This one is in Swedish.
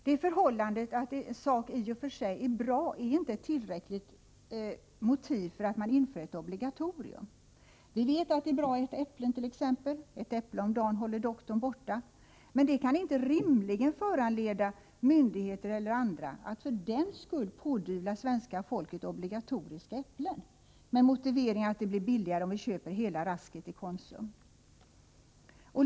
Det förhållandet att en sak i och för sig är bra är inte ett tillräckligt motiv för att införa ett obligatorium. Vi vet att det t.ex. är bra att äta äpplen — ”ett äpple om dagen håller doktorn borta” — men det kan inte rimligen föranleda myndigheter eller andra att pådyvla svenska folket obligatoriska äpplen med motiveringen att det blir billigare om vi köper hela rasket i Konsum.